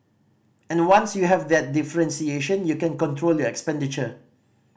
and once you have that differentiation you can control your expenditure